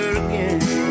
again